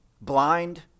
blind